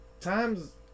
times